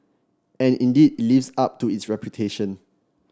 and indeed it lives up to its reputation